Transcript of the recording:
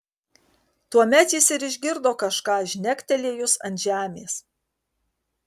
tuomet jis ir išgirdo kažką žnektelėjus ant žemės